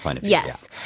Yes